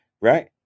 Right